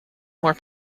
more